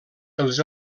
els